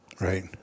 Right